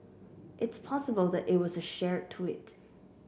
it's possible that it was a shared tweet